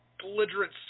belligerent